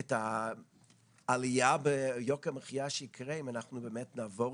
את העלייה ביוקר המחייה שתהיה אם אנחנו באמת נעבור